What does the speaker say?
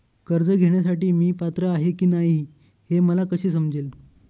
कर्ज घेण्यासाठी मी पात्र आहे की नाही हे मला कसे समजेल?